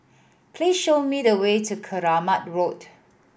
please show me the way to Keramat Road